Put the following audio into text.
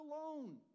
alone